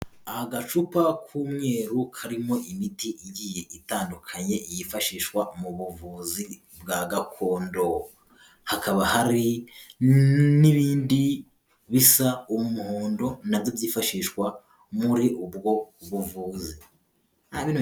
Agacupa k'umweru karimo imiti igiye itandukanye yifashishwa mu buvuzi bwa gakondo. Hakaba hari n'ibindi bisa umuhondo nabyo byifashishwa muri ubwo buvuzi.